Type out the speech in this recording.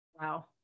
Wow